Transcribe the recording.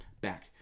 back